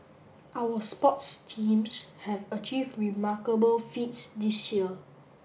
our sports teams have achieved remarkable feats this year